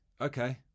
okay